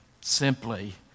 simply